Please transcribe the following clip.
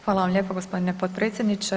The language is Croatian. Hvala vam lijepo g. potpredsjedniče.